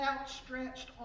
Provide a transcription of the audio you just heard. outstretched